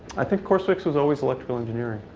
i think course six was always electrical engineering.